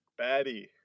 baddie